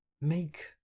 Make